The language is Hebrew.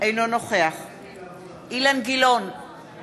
אינו נוכח אילן גילאון, בעד